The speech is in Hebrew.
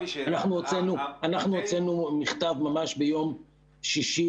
אנחנו הוצאנו מכתב ממש ביום שישי